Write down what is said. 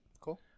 Cool